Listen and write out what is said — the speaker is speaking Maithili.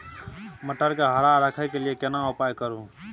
मटर के हरा रखय के लिए केना उपाय करू?